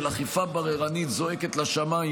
של אכיפה בררנית זועקת לשמיים,